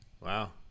wow